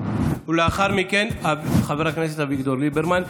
ולאחר מכן, חבר הכנסת אביגדור ליברמן.